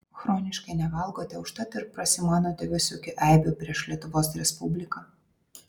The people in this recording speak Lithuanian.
chroniškai nevalgote užtat ir prasimanote visokių eibių prieš lietuvos respubliką